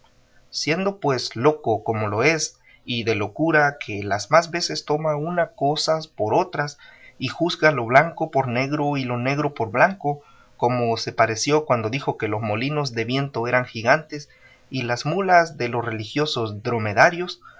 siendo pues loco como lo es y de locura que las más veces toma unas cosas por otras y juzga lo blanco por negro y lo negro por blanco como se pareció cuando dijo que los molinos de viento eran gigantes y las mulas de los religiosos dromedarios